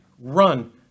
run